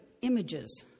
images